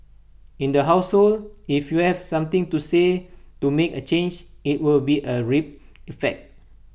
in the household if you have something to say to make A change IT will be A ripple effect